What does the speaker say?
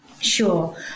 Sure